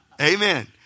Amen